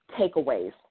takeaways